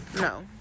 No